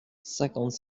cinquante